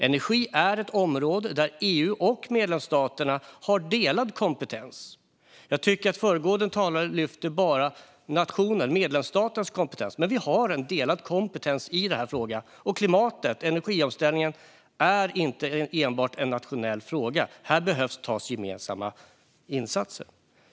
Energi är ett område där EU och medlemsstaterna har delad kompetens, vilket innebär att unionen och medlemsländerna delar rätten att lagstifta." Jag tycker att föregående talare bara lyfte nationens, medlemsstatens, kompetens. Men vi har en delad kompetens i denna fråga. Och klimatet och energiomställningen är inte enbart en nationell fråga. Här behövs gemensamma insatser.